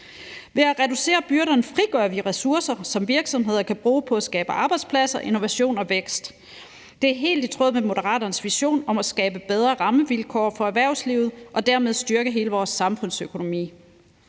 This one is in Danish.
Ved at reducere byrderne frigør vi ressourcer, som virksomhederne kan bruge på at skabe arbejdspladser, innovation og vækst. Det er helt i tråd med Moderaternes vision om at skabe bedre rammevilkår for erhvervslivet og dermed styrke hele vores samfundsøkonomi.